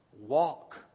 walk